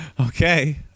Okay